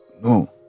no